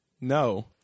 No